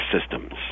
systems